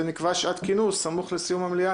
נקבע שעת כינוס סמוך לסיום המליאה,